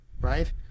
Right